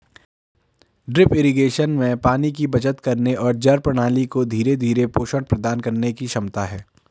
drip irrigation में पानी की बचत करने और जड़ प्रणाली को धीरे धीरे पोषण प्रदान करने की क्षमता है